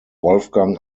wolfgang